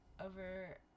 Over